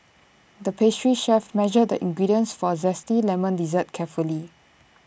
the pastry chef measured the ingredients for A Zesty Lemon Dessert carefully